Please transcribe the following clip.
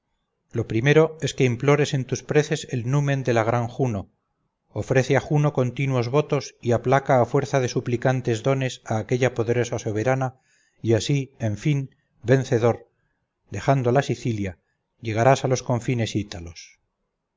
lo primero es que implores en tus preces el numen de la gran juno ofrece a juno continuos votos y aplaca a fuerza de suplicantes dones a aquella poderosa soberana y así en fin vencedor dejando la sicilia llegarás a los confines